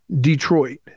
Detroit